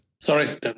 Sorry